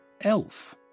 elf